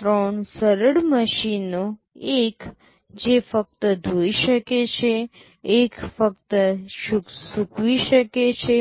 ત્રણ સરળ મશીનો એક જે ફક્ત ધોઈ શકે છે એક ફક્ત સૂકવી શકે છે